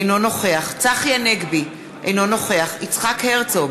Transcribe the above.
אינו נוכח צחי הנגבי, אינו נוכח יצחק הרצוג,